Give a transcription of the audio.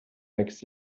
makes